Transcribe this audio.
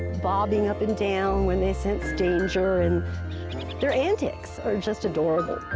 bobbing up and down when they sense danger. and their antics are just adorable.